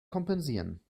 kompensieren